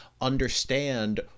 understand